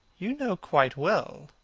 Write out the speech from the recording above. you know quite well.